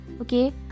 okay